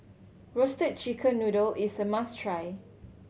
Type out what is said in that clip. Roasted Chicken Noodle is a must try